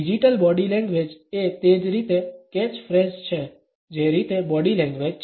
digital body language એ તે જ રીતે કેચ ફ્રેઝ છે જે રીતે બોડી લેંગ્વેજ છે